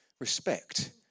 respect